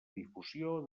difusió